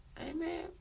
amen